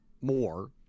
more